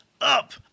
up